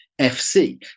FC